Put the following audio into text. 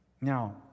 Now